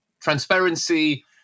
transparency